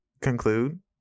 conclude